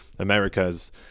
Americas